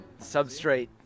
Substrate